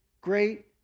great